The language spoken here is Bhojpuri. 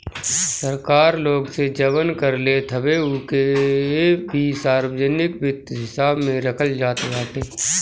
सरकार लोग से जवन कर लेत हवे उ के भी सार्वजनिक वित्त हिसाब में रखल जात बाटे